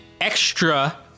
extra